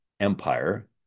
Empire